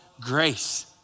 Grace